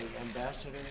Ambassador